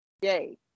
Yay